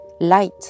light